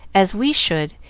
as we should,